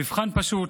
המבחן פשוט.